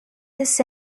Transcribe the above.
this